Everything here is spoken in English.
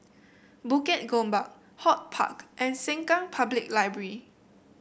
Bukit Gombak HortPark and Sengkang Public Library